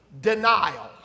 denial